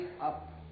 up